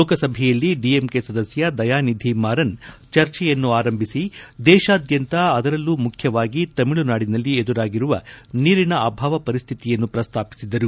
ಲೋಕಸಭೆಯಲ್ಲಿ ಡಿಎಂಕೆ ಸದಸ್ಯ ದಯಾನಿಧಿ ಮಾರನ್ ಚರ್ಚೆಯನ್ನು ಆರಂಭಿಸಿ ದೇಶಾದ್ಯಂತ ಅದರಲ್ಲೂ ಮುಖ್ಯವಾಗಿ ತಮಿಳುನಾಡಿನಲ್ಲಿ ಎದುರಾಗಿರುವ ನೀರಿನ ಅಭಾವ ಪರಿಸ್ತಿತಿಯನ್ನು ಪ್ರಸ್ತಾಪಿಸಿದರು